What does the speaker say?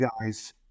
guys